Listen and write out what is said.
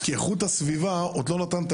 כי המשרד לאיכות הסביבה עוד לא נתן את